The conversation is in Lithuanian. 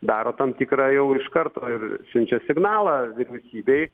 daro tam tikrą jau iš karto ir siunčia signalą vyriausybei